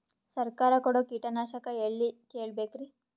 ಸರಕಾರ ಕೊಡೋ ಕೀಟನಾಶಕ ಎಳ್ಳಿ ಕೇಳ ಬೇಕರಿ?